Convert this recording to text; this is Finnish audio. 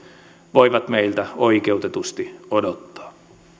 voivat meiltä oikeutetusti odottaa